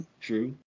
True